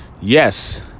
Yes